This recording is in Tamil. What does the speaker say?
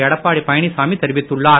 எடப்பாடி பழனிசாமி தெரிவித்துள்ளார்